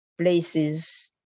places